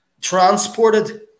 transported